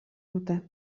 dute